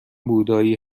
بودایی